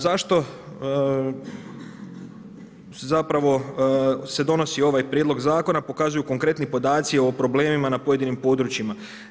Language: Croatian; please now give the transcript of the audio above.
Zašto se zapravo se donosi ovaj prijedlog zakona pokazuju konkretni podaci o problemima na pojedinim područjima.